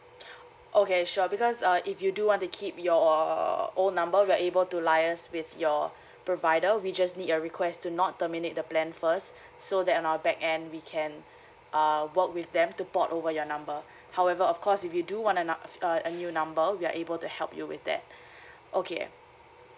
okay sure because uh if you do want to keep your own number we're able to liaise with your provider we just need your request to not terminate the plan first so that on our back end we can err work with them to port over your number however of course if you do want to uh a new number we are able to help you with that okay